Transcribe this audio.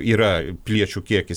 yra piliečių kiekis